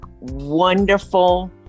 wonderful